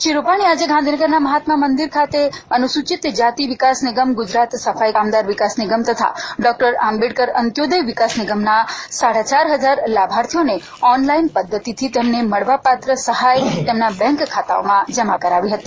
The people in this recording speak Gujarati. શ્રી વિજય રૂપાણીએ આજે ગાંધીનગરના મહાત્મા મંદિર ખાતે અનુસૂચિત જાતિ વિકાસ નિગમ ગુજરાત સફાઇ કામદાર વિકાસ નિગમ તથા ડૉક્ટર આંબેક્ટર અંત્યોદય વિકાસ નિગમના સાડાચાર હજાર લાભાર્થીઓને ઓન લાઇન પધ્ધતિથી તેમને મળવાપાત્ર સહાય તેમના બેંક ખાતાઓમાં જમા કરાવી હતી